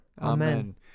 Amen